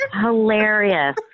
Hilarious